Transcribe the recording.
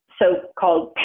so-called